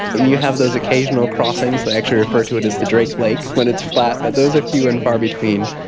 you have those occasional crossings, they actually refer to it as the drake lake when it's flat, but those are few and far between.